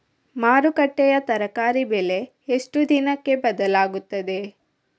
ಮಾರುಕಟ್ಟೆಯ ತರಕಾರಿ ಬೆಲೆ ಎಷ್ಟು ದಿನಕ್ಕೆ ಬದಲಾಗುತ್ತದೆ?